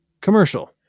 commercial